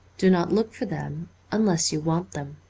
do not look for them unless you want them.